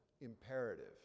imperative